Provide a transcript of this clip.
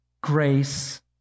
Grace